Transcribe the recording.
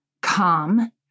calm